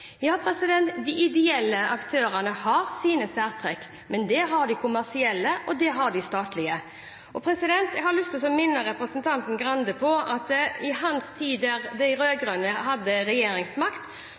De ideelle aktørene har sine særtrekk, men det har også de kommersielle og de statlige. Jeg har lyst til å minne representanten Arild Grande på at da de rød-grønne hadde regjeringsmakten, var det